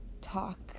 talk